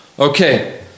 Okay